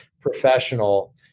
professional